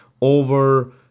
over